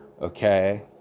Okay